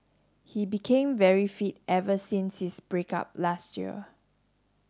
he became very fit ever since his break up last year